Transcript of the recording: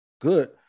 good